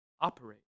operate